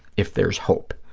if there's hope.